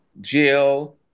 Jill